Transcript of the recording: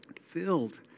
Filled